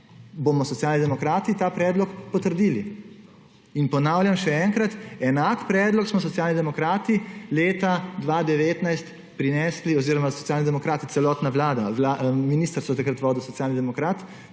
bomo Socialni demokrati ta predlog potrdili. In ponavljam še enkrat, enak predlog smo Socialni demokrati leta 2019 prinesli oziroma ne Socialni demokrati, celotna vlada, ministrstvo je takrat vodil Socialni demokrat,